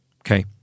okay